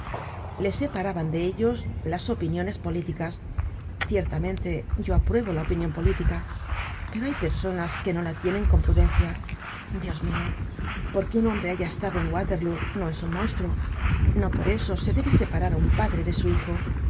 le separaban de ellos las opiniones políticas ciertamente yo apruebo la opinion política pero hay personas que no la tienen con prudencia dios mio porque un hombre haya estado en waterlóo no es un monstruo no por eso se debe separar á un padre de su hijo